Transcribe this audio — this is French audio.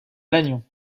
lannion